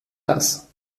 das